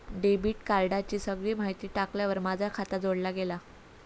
debit कार्डाची सगळी माहिती टाकल्यार माझा खाता जोडला गेला